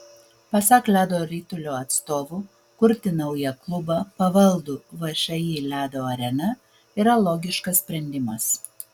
pasak ledo ritulio atstovų kurti naują klubą pavaldų všį ledo arena yra logiškas sprendimas